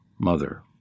mother